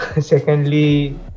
Secondly